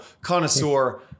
connoisseur